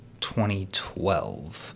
2012